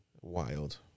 wild